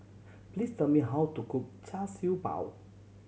please tell me how to cook Char Siew Bao